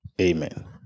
Amen